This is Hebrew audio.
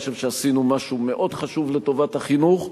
אני חושב שעשינו משהו מאוד חשוב לטובת החינוך,